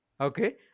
okay